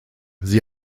sie